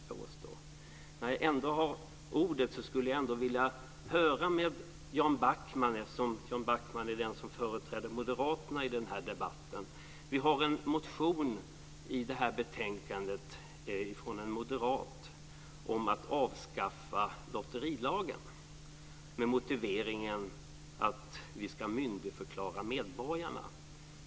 Medan jag har ordet vill jag också ta upp en fråga med Jan Backman, som företräder moderaterna i den här debatten. I det här betänkandet behandlas en motion från en moderat ledamot om avskaffande av lotterilagen. Motiveringen är att vi ska myndigförklara medborgarna.